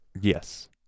Yes